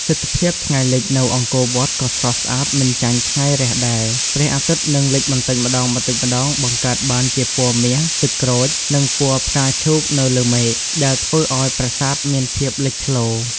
ទិដ្ឋភាពថ្ងៃលិចនៅអង្គរវត្តក៏ស្រស់ស្អាតមិនចាញ់ថ្ងៃរះដែរ។ ព្រះអាទិត្យនឹងលិចបន្តិចម្តងៗ បង្កើតបានជាពណ៌មាស ទឹកក្រូច និងពណ៌ផ្កាឈូកនៅលើមេឃ ដែលធ្វើឲ្យប្រាសាទមានភាពលេចធ្លោ។